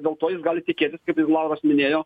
dėl to jis gali tikėtis kaip ir lauras minėjo